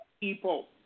people